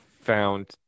found